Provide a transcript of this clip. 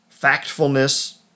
Factfulness